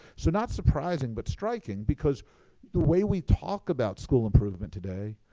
so not surprising, but striking because the way we talk about school improvement today,